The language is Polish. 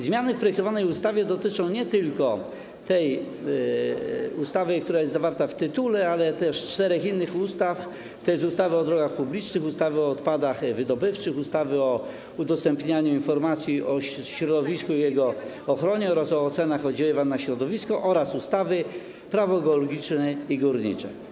Zmiany w projektowanej ustawie dotyczą nie tylko tej ustawy, która jest zawarta w tytule, ale też czterech innych ustaw: ustawy o drogach publicznych, ustawy o odpadach wydobywczych, ustawy o udostępnianiu informacji o środowisku i jego ochronie oraz o ocenach oddziaływania na środowisko, a także ustawy - Prawo geologiczne i górnicze.